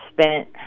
spent